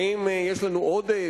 האם יש לנו עודף?